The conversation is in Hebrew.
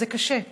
וזה קשה,